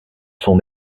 son